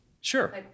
Sure